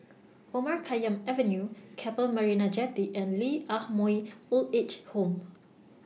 Omar Khayyam Avenue Keppel Marina Jetty and Lee Ah Mooi Old Age Home